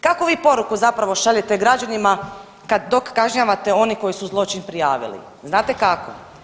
Kakvu vi poruku zapravo šaljete građanima dok kažnjavate one koji su zločin prijavili, znate kako?